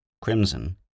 crimson